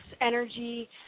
energy